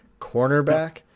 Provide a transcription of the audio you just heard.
Cornerback